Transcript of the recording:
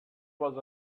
was